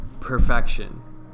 perfection